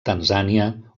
tanzània